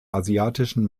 asiatischen